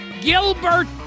Gilbert